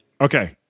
Okay